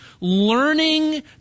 Learning